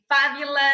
fabulous